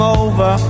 over